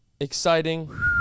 exciting